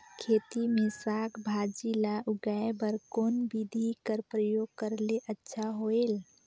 खेती मे साक भाजी ल उगाय बर कोन बिधी कर प्रयोग करले अच्छा होयल?